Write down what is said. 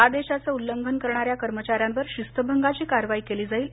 आदेशाचं उल्लंघन करणाऱ्या कर्मचाऱ्यांवर शिस्तभंगाची कारवाई केली जाईल